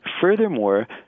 furthermore